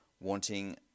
wanting